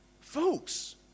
Folks